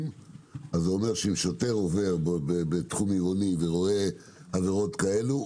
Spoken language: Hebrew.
זה אומר שאם שוטר עובר בתחום עירוני ורואה עבירות כאלו,